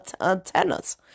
antennas